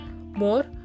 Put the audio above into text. more